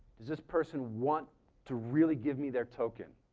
does this person want to really give me their token?